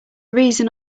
reason